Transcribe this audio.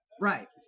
Right